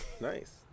nice